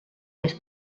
més